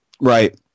right